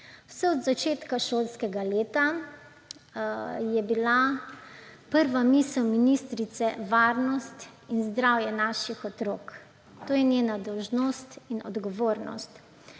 Vse od začetka šolskega leta je bila prva misel ministrice varnost in zdravje naših otrok. To je njena dolžnost in odgovornost.